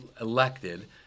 elected